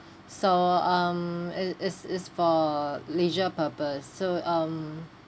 so um is is is for leisure purpose so um